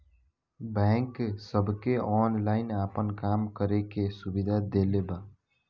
bank सबके online आपन काम करे के सुविधा देले बा